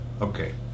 Okay